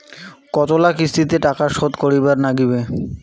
কতোলা কিস্তিতে টাকা শোধ করিবার নাগীবে?